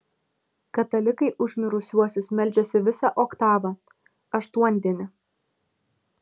katalikai už mirusiuosius meldžiasi visą oktavą aštuondienį